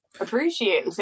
appreciate